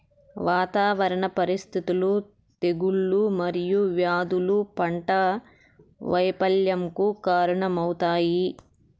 వాతావరణ పరిస్థితులు, తెగుళ్ళు మరియు వ్యాధులు పంట వైపల్యంకు కారణాలవుతాయి